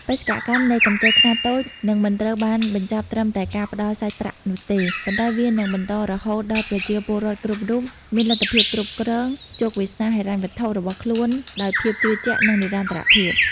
បេសកកម្មនៃកម្ចីខ្នាតតូចនឹងមិនត្រូវបានបញ្ចប់ត្រឹមតែការផ្ដល់សាច់ប្រាក់នោះទេ ប៉ុន្តែវានឹងបន្តរហូតដល់ប្រជាពលរដ្ឋគ្រប់រូបមានលទ្ធភាពគ្រប់គ្រងជោគវាសនាហិរញ្ញវត្ថុរបស់ខ្លួនដោយភាពជឿជាក់ និងនិរន្តរភាព។